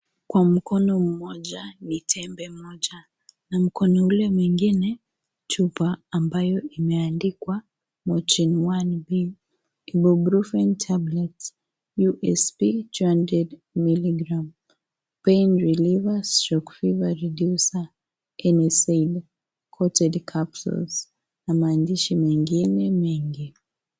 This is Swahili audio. Kwa mkono mmoja ni tembe moja na mkono ule mwingine ni chupa ambayo imeandikwa Motrin 1B Iboprufen tablets usp 200 mg pain reliever /fever reducer (NSAID) coated capsules na maandishi mengine mengi.